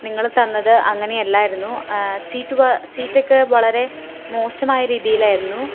നിങ്ങൾ തന്നത് അങ്ങനെ അല്ലായിരുന്നു സീറ്റ് സീറ്റൊക്കെ വളരെ മോശമായ രീതിയിലായിരുന്നു